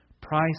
Price